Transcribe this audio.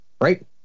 right